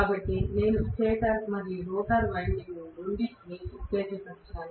కాబట్టి నేను స్టేటర్ మరియు రోటర్ వైండింగ్ రెండింటినీ ఉత్తేజపరిచాను